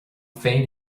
féin